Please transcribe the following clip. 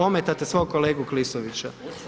ometate svog kolegu Klisovića.